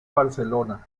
barcelona